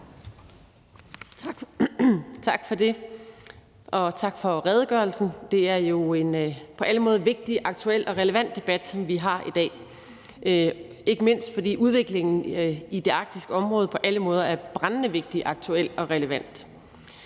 Tak for det, og tak for redegørelsen. Det er jo en på alle måder vigtig, aktuel og relevant debat, som vi har i dag, ikke mindst fordi udviklingen i det arktiske område på alle måder er brændende vigtig, aktuel og relevant.